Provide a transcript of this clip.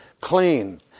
clean